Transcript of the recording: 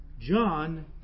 John